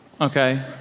okay